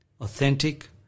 authentic